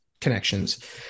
connections